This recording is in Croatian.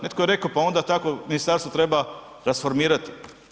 Netko je rekao, pa onda takvo ministarstvo treba transformirati.